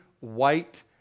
white